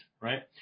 Right